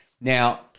Now